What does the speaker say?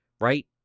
right